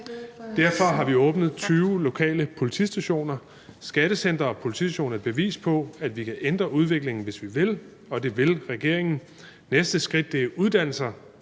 Derfor har vi åbnet 20 lokale politistationer. Skattecentre og politistationer er et bevis på, at vi kan ændre udviklingen, hvis vi vil, og det vil regeringen. Næste skridt er uddannelser.